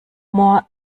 more